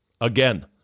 Again